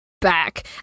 back